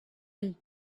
and